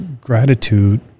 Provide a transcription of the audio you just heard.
gratitude